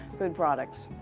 good products.